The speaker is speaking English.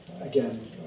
Again